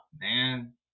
man